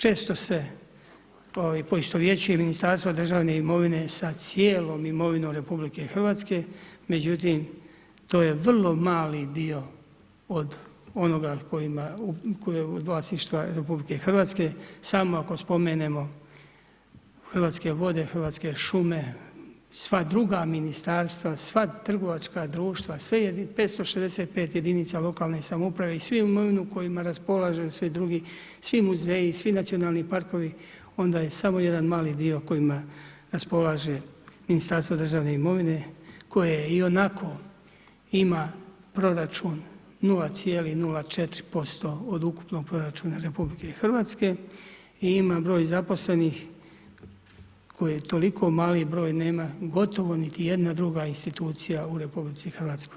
Često se poistovjećuje ministarstvo državne imovine sa cijelom imovinom RH, međutim to je vrlo mali dio od onoga koji je od vas išta RH samo ako spomenemo Hrvatske vode, Hrvatske šume, sva druga ministarstva, sva trgovačka društva, sve jedinice, 565 jedinica lokalne samouprave i svu imovinu kojima raspolažu svi drugi, svi muzeji, svi nacionalni parkovi, onda je samo jedan mali dio kojima raspolaže Ministarstvo državne imovine koje je i onako ima proračun 0,04% od ukupnog proračuna RH i ima broj zaposlenih koji je toliko mali broj, nema gotovo niti jedna druga institucija u RH.